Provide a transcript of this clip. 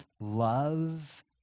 love